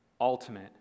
ultimate